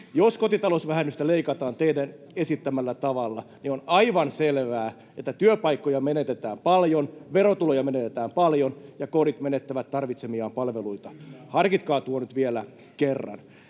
Jos kotitalousvähennystä leikataan teidän esittämällänne tavalla, niin on aivan selvää, että työpaikkoja menetetään paljon, verotuloja menetetään paljon ja kodit menettävät tarvitsemiaan palveluita. Harkitkaa tuo nyt vielä kerran.